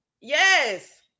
Yes